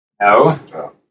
No